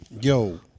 Yo